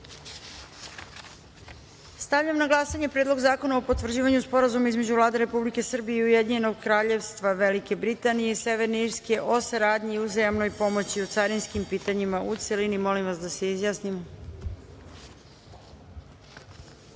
zakona. Stavljam na glasanje Predlog zakona o potvrđivanju Sporazuma između Vlade Republike Srbije i Ujedinjenog Kraljevstva Velike Britanije i Severne Irske o saradnji i uzajamnoj pomoći o carinskim pitanjima, u celini. Molim vas da se